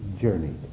journeyed